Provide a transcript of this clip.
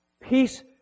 peace